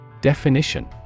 Definition